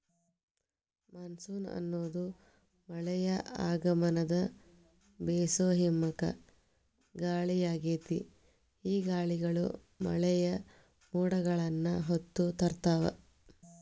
monsoon ಅನ್ನೋದು ಮಳೆಯ ಆಗಮನದ ಬೇಸೋ ಹಿಮ್ಮುಖ ಗಾಳಿಯಾಗೇತಿ, ಈ ಗಾಳಿಗಳು ಮಳೆಯ ಮೋಡಗಳನ್ನ ಹೊತ್ತು ತರ್ತಾವ